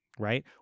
Right